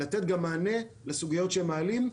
לתת גם מענה לסוגיות שהם מעלים.